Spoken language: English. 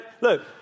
Look